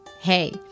Hey